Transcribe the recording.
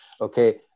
Okay